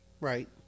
Right